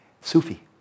Sufi